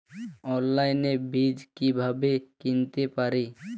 অনলাইনে বীজ কীভাবে কিনতে পারি?